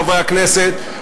חברי הכנסת,